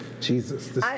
Jesus